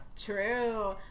True